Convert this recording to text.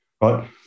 Right